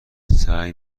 سعی